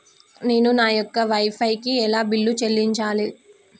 నేను నా యొక్క వై ఫై కి ఎలా బిల్లు చెల్లించాలి?